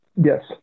Yes